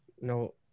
no